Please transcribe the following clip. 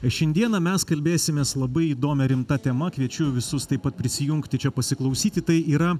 šiandieną mes kalbėsimės labai įdomia rimta tema kviečiu visus taip pat prisijungti čia pasiklausyti tai yra